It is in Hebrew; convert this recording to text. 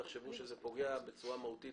אם תחשבו שזה פוגע בצורה מהותית